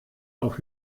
auf